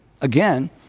again